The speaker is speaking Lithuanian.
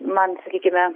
man sakykime